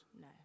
No